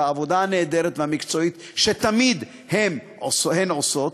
העבודה הנהדרת והמקצועית שתמיד הן עושות,